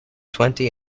twenty